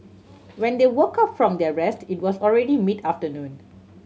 when they woke up from their rest it was already mid afternoon